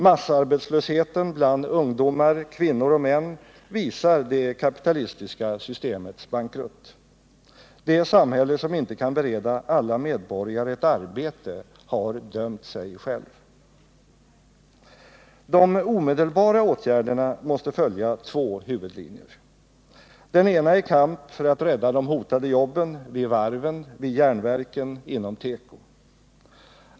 Massarbetslösheten bland ungdomar, kvinnor och män visar det kapitalistiska systemets bankrutt. Det samhälle som inte kan bereda alla medborgare ett arbete har dömt sig självt. De omedelbara åtgärderna måste följa två huvudlinjer. Den ena är kamp för att rädda de hotade jobben vid varven, vid järnverken, inom teko.